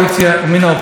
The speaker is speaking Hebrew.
התגעגעתי.